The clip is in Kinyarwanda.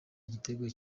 igitego